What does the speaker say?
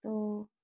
तो